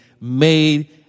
made